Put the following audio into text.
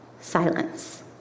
silence